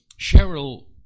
Cheryl